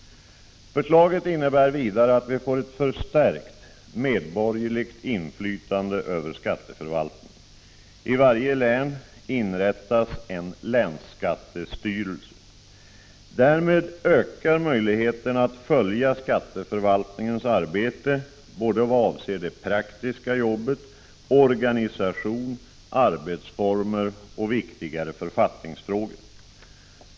Förslaget innebär vidare att vi får ett förstärkt medborgerligt inflytande över skatteförvaltningen. I varje län inrättas en länsskattestyrelse. Därmed ökar möjligheterna att följa skatteförvaltningens arbete både vad avser det praktiska arbetet, organisation, arbetsformer och viktigare författningsfrågor.